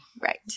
Right